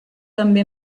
també